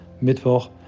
Mittwoch